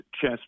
chess